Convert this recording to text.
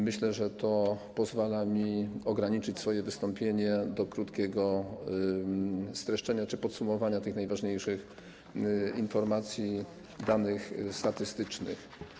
Myślę, że to pozwala mi ograniczyć swoje wystąpienie do krótkiego streszczenia czy podsumowania tych najważniejszych informacji, danych statystycznych.